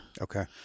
okay